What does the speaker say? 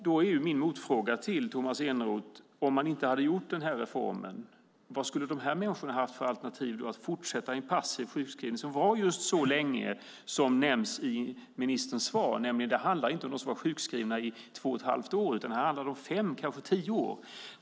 Om inte denna reform hade genomförts, vilka alternativ hade dessa människor haft att fortsätta i en passiv sjukskrivning - som varade så länge som nämns i ministerns svar? Det handlar inte om de som var sjukskrivna i två och ett halvt år, utan här handlar det om fem eller tio år.